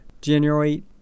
january